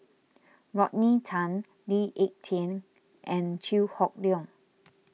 Rodney Tan Lee Ek Tieng and Chew Hock Leong